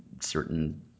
certain